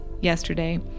yesterday